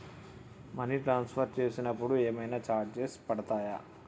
Money transfer చేసినప్పుడు ఏమైనా charges పడతయా?